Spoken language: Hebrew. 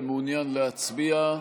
ומעוניין להצביע?